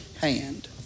hand